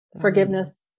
forgiveness